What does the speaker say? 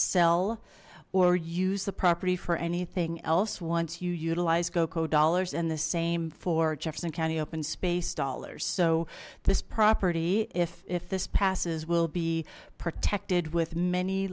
sell or use the property for anything else once you utilize goko dollars and the same for jefferson county open space dollars so this property if if this passes will be protected with many